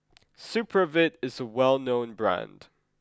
Supravit is a well known brand